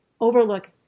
overlook